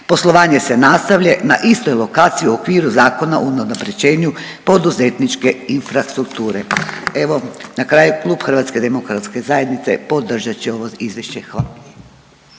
Poslovanje se nastavlja na istoj lokaciji u okviru zakona o unapređenju poduzetničke infrastrukture. Evo na kraju klub Hrvatske demokratske zajednice podržat će ovo izvješće. Hvala.